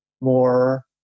more